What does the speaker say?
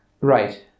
right